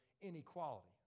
inequality